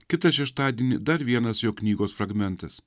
kitą šeštadienį dar vienas jo knygos fragmentas